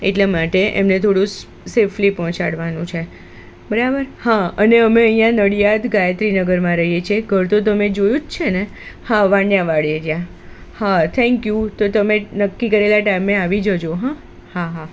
એટલાં માટે એમને થોડું સેફલી પહોંચાડવાનું છે બરાબર હા અને અમે અહિયાં નડિયાદ ગાયત્રીનગરમાં રહીએ છે ઘર તો તમે જોયું જ છે ને હા વાણિયાવાડ એરિયા હા થેંક યુ તો તમે નક્કી કરેલા ટાઈમે આવી જજો હં હા હા